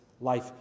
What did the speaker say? life